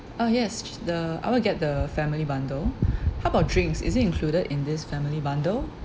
uh yes the I will get the family bundle how about drinks is it included in this family bundle